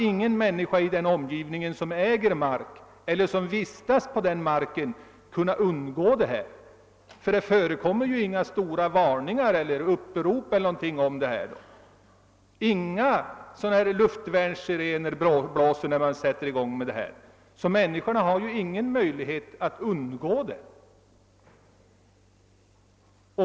Ingen som vistas på marken i ett härav berört område kan då undgå att utsättas för bekämpningsmedlet. Det förekommer nämligen inga stora varningsaktioner, upprop e.d. i detta sammanhang. Man sätter t.ex. inte i gång luftvärnssirenerna när en besprutningsaktion skall starta.